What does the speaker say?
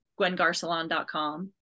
gwengarcelon.com